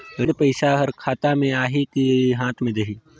ऋण पइसा हर खाता मे आही की हाथ मे देही?